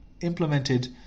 implemented